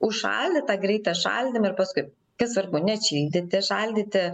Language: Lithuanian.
užšaldytą greitą šaldymą ir paskui nesvarbu neatšildyti šaldyti